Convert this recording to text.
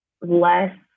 less